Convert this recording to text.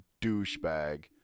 douchebag